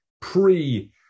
pre